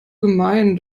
gemein